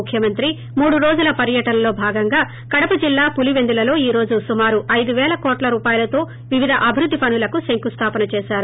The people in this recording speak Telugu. ముఖ్యమంత్రి మూడు రోజుల పర్యటనలో భాగంగా కడప జిల్లా పులీవెందులలో ఈ రోజు సుమారు ఐదు పేల కోట్ల రూపాయలతో వివిధ అభివృద్ది పనులకు శంకుస్లాపన చేశారు